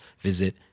visit